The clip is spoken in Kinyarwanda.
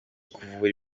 kuvura